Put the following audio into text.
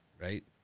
Right